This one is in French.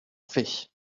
fait